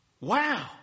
Wow